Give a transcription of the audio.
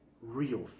real